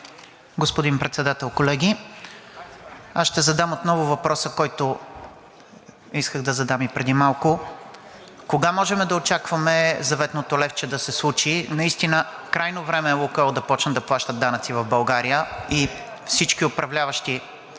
Господин Председател, колеги, аз ще задам отново въпроса, който исках да задам и преди малко. Кога можем да очакваме заветното левче да се случи? И наистина крайно време е „Лукойл“ да започне да плаща данъци в България, и всички управляващи